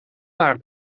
waren